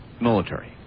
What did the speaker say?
military